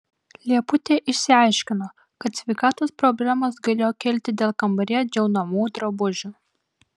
lieputė išsiaiškino kad sveikatos problemos galėjo kilti dėl kambaryje džiaunamų drabužių